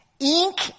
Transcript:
ink